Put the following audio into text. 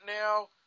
now